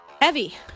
heavy